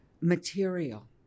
material